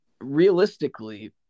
realistically